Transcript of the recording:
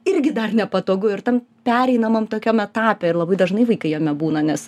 irgi dar nepatogu ir tam pereinamam tokiam etape ir labai dažnai vaikai jame būna nes